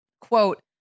quote